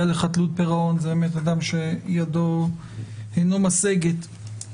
לחדלות פירעון זה אדם שידו אינו משגת.